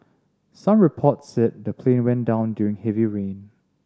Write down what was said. some reports said the plane went down during heavy rain